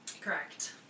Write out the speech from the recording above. Correct